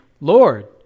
Lord